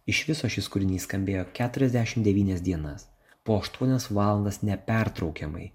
iš viso šis kūrinys skambėjo keturiasdešim devynias dienas po aštuonias valandas nepertraukiamai